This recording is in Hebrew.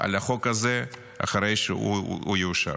על החוק הזה אחרי שהוא יאושר.